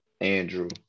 Andrew